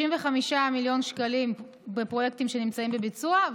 35 מיליון שקל בפרויקטים שנמצאים בביצוע,